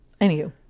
Anywho